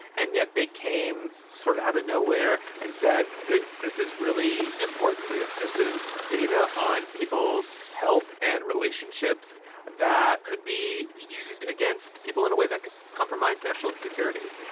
and yet they came sort of had a nowhere and said that this is really important. this is data on people's health and relationships that could be used against people in a way that could compromise national security.